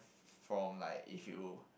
from like if you